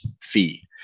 fee